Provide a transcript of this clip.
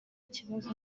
kibazo